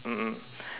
mm mm